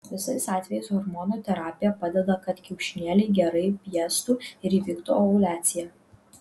visais atvejais hormonų terapija padeda kad kiaušinėliai gerai bręstų ir įvyktų ovuliacija